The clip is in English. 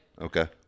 Okay